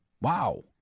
wow